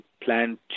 plan